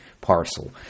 parcel